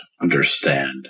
understand